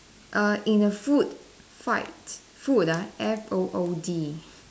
err in a food fight food ah F O O D